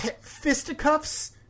fisticuffs